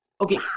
Okay